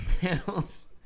panels